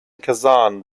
kazan